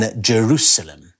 Jerusalem